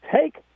take